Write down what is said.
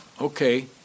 okay